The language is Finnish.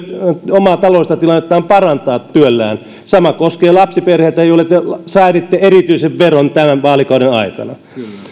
omaa taloudellista tilannettaan parantaa työllään sama koskee lapsiperheitä joille te sääditte erityisen veron tämän vaalikauden aikana